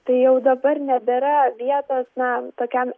tai jau dabar nebėra vietos na tokiam